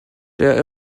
der